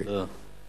תודה.